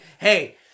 hey